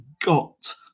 got